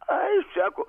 ai sako